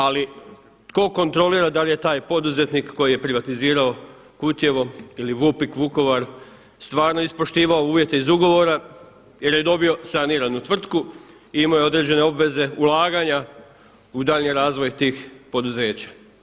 Ali tko kontrolira da li je taj poduzetnik koji je privatizirao Kutjevo ili VUPIK Vukovar stvarno ispoštivao uvjete iz ugovora jer je dobio saniranu tvrtku i imao je određene obveze ulaganja u daljnji razvoj tih poduzeća.